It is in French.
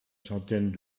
centaines